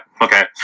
okay